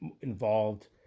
involved